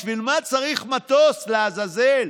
בשביל מה צריך מטוס, לעזאזל?